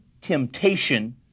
temptation